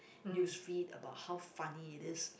news feed about how funny is it